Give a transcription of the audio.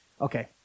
Okay